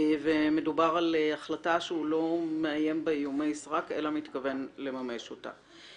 מדובר על החלטה שהוא לא מאיים בה איומי סרק אלא מתכוון לממש אותה.